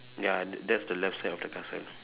ya that's the left side of the castle